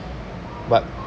but